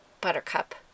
Buttercup